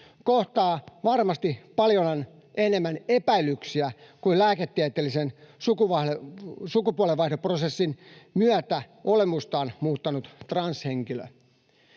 kohtaa varmasti paljon enemmän epäilyksiä kuin lääketieteellisen sukupuolenvaihdosprosessin myötä olemustaan muuttanut transhenkilö.